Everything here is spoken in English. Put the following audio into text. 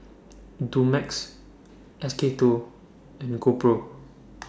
Dumex S K two and GoPro